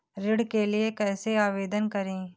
ऋण के लिए कैसे आवेदन करें?